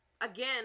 again